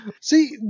See